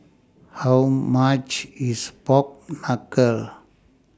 How much IS Pork Knuckle